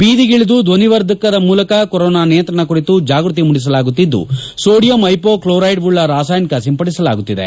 ಬೀದಿಗಿಳಿದು ಧ್ವನಿವರ್ಧಕದ ಮೂಲಕ ಕೊರೋನಾ ನಿಯಂತ್ರಣ ಕುರಿತು ಜಾಗೃತಿ ಮೂದಿಸಲಾಗುತ್ತಿದ್ದು ಸೋಡಿಯಂ ಐಪೋ ಕ್ಲೋರೈಡ್ವುಳ್ಳ ರಾಸಾಯನಿಕ ಸಿಂಪಡಿಸಲಾಗುತ್ತಿದೆ